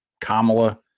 kamala